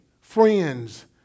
friends